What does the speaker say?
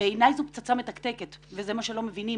בעיני זו פצצה מתקתקת וזה מה שלא מבינים.